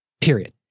period